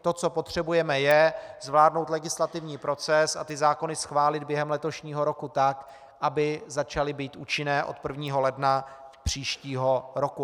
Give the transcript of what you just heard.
To, co potřebujeme, je zvládnout legislativní proces a zákony schválit během letošního roku, tak aby začaly být účinné od 1. ledna příštího roku.